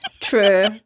true